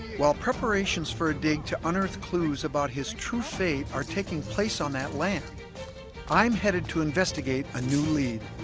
while preparations for a dig to unearth clues about his true fate are taking place on that land i'm headed to investigate a new lead